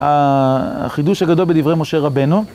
החידוש הגדול בדברי משה רבנו.